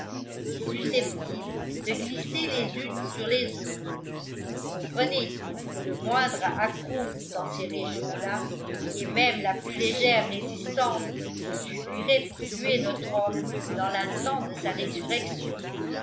et susceptibles de glisser les unes sur les autres vous comprenez que le moindre accroc dans ces régions là et même la plus légère résistance suffirait pour tuer notre homme dans l'instant de sa résurrection